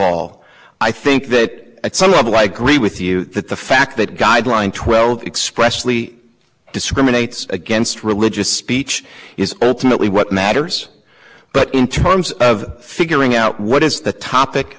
all i think that some of the likely with you that the fact that guideline twelve expressly discriminates against religious speech is ultimately what matters but in terms of figuring out what is the topic